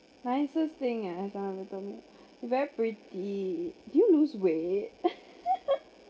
nicest thing ah someone ever told me you're very pretty did you lose weight ah